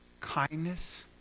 kindness